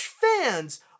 fans